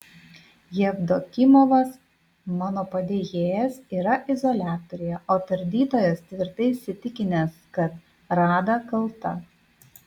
jevdokimovas mano padėjėjas yra izoliatoriuje o tardytojas tvirtai įsitikinęs kad rada kalta